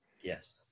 Yes